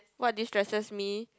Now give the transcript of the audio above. what distresses me